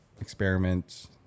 experiments